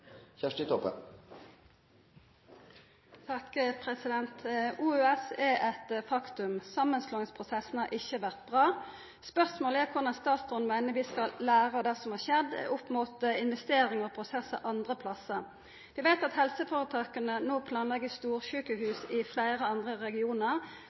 statsråden meiner vi skal læra av det som har skjedd, opp mot investering og prosessar andre plassar. Vi veit at helseføretaka no planlegg